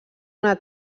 una